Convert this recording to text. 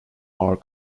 are